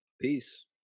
Peace